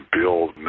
build